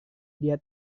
dia